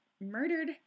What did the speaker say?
murdered